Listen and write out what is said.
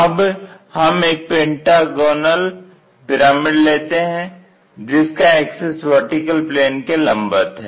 अब हम एक पेंटागनल पिरामिड लेते हैं जिसका एक्सिस वर्टिकल प्लेन के लंबवत है